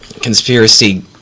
conspiracy